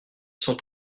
sont